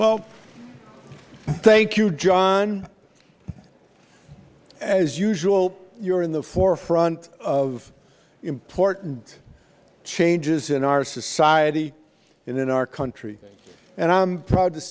well thank you john as usual you're in the forefront of important changes in our society and in our country and i'm proud to